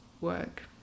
work